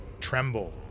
tremble